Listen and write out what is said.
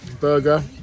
burger